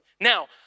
Now